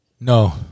No